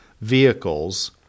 vehicles